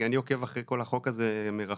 אני עוקב אחרי כל החוק הזה מרחוק.